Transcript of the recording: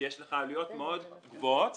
כי יש לך עלויות מאוד גבוהות